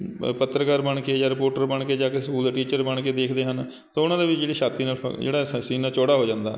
ਪੱਤਰਕਾਰ ਬਣ ਕੇ ਜ਼ਾਂ ਰਿਪੋਰਟਰ ਬਣ ਕੇ ਜ਼ਾਂ ਕਿਸੇ ਸਕੂਲ ਦੇ ਟੀਚਰ ਬਣ ਕੇ ਦੇਖਦੇ ਹਨ ਤਾਂ ਉਹਨਾਂ ਦੇ ਵੀ ਜਿਹੜੀ ਛਾਤੀ ਨਾਲ ਜਿਹੜਾ ਸ ਸੀਨਾ ਚੌੜਾ ਹੋ ਜਾਂਦਾ